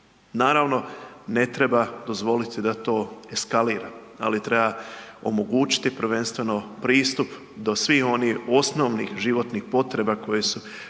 Naravno ne treba dozvolit da to eskalira, ali treba omogućiti prvenstveno pristup do svih onih osnovnih životnih potreba koje su prvenstveno